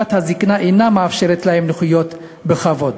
הזיקנה אינה מאפשרת להם לחיות בכבוד.